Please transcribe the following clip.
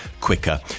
quicker